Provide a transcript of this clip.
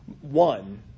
one